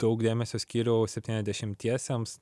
daug dėmesio skyriau septyniasdešimtiesiems